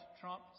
Trump